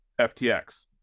FTX